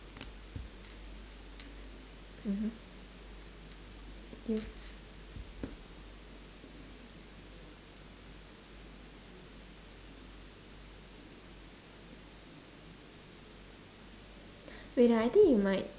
mmhmm you wait uh I think you might